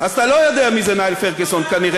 אז אתה לא יודע מי זה ניל פרגוסון כנראה.